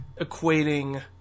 equating